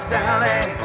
Sally